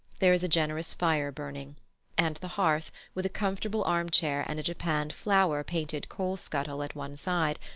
there is a generous fire burning and the hearth, with a comfortable armchair and a japanned flower painted coal scuttle at one side,